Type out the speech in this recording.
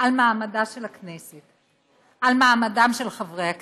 על מעמדה של הכנסת, על מעמדם של חברי הכנסת.